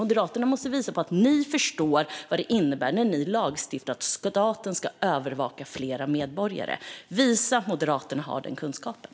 Moderaterna måste visa att ni förstår vad det innebär när ni lagstiftar om att staten ska övervaka fler medborgare. Visa att Moderaterna har den kunskapen!